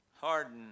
Harden